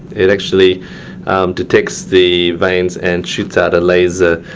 it actually detects the veins and shoots out a laser